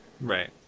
Right